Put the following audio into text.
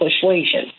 persuasion